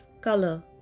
color